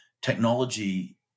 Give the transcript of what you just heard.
technology